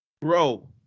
bro